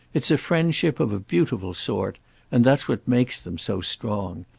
it's a friendship, of a beautiful sort and that's what makes them so strong.